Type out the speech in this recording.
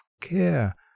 care